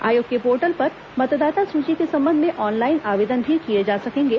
आयोग के पोर्टल पर मतदाता सूची के संबंध में ऑनलाइन आवेदन भी किए जा सकेंगे